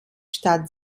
stadt